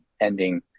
ending